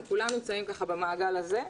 כולם נמצאים במעגל הזה.